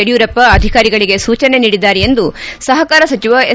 ಯಡಿಯೂರಪ್ಪ ಅಧಿಕಾರಿಗಳಿಗೆ ಸೂಚನೆ ನೀಡಿದ್ದಾರೆ ಎಂದು ಸಹಕಾರ ಸಚಿವ ಎಸ್